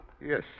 Yes